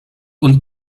und